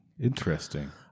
Interesting